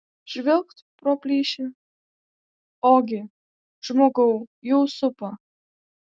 žvilgt pro plyšį ogi žmogau jau supa